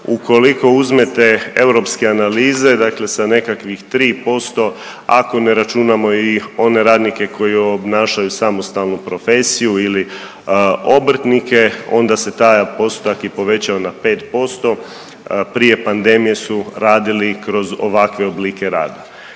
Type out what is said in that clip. Ukoliko uzmete europske analize, dakle sa nekakvih 3% ako ne računamo i one radnike koji obnašaju samostalnu profesiju ili obrtnike onda se taj postotak i povećao na 5%, prije pandemije su radili kroz ovakve oblike rada.